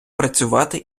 працювати